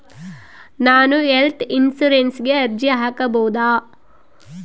ನಾನು ಹೆಲ್ತ್ ಇನ್ಶೂರೆನ್ಸಿಗೆ ಅರ್ಜಿ ಹಾಕಬಹುದಾ?